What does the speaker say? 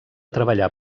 treballar